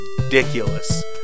ridiculous